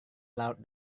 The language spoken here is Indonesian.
laut